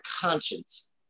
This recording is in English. conscience